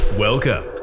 Welcome